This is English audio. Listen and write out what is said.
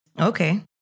Okay